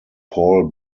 paul